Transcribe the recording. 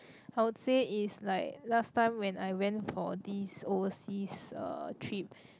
I would say is like last time when I went for this overseas uh trip